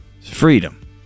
Freedom